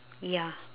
ya